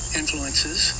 influences